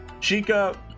Chica